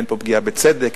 אין פה פגיעה בצדק,